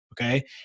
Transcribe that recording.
Okay